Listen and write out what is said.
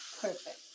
Perfect